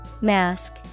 Mask